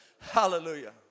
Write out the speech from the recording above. Hallelujah